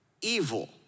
evil